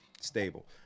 Stable